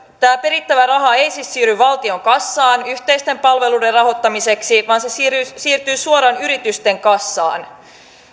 tämä perittävä raha ei siis siirry valtion kassaan yhteisten palveluiden rahoittamiseksi vaan se siirtyy suoraan yritysten kassaan